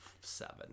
seven